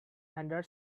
vendor